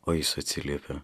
o jis atsiliepia